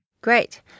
Great